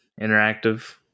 interactive